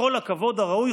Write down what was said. בכל הכבוד הראוי,